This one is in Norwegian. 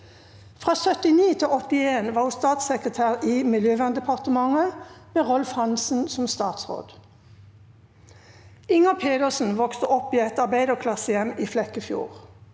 Fra 1979 til 1981 var hun statssekretær i Miljøverndepartementet, med Rolf Hansen som statsråd. Inger Pedersen vokste opp i et arbeiderklassehjem i Flekkefjord.